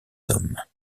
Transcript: hommes